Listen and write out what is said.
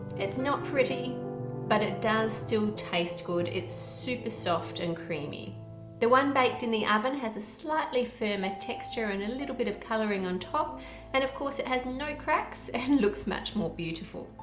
it's not pretty but it does still taste good it's super soft and creamy the one baked in the oven has a slightly firmer texture and a little bit of coloring on top and of course it has no cracks and it looks much more beautiful.